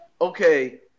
okay